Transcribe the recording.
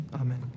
Amen